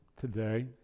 today